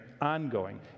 ongoing